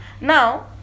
now